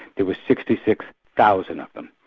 there were sixty six thousand of them.